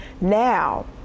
Now